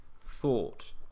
thought